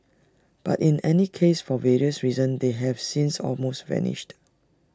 but in any case for various reasons they have since almost vanished